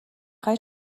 خوای